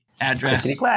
address